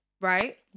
Right